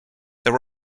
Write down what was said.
there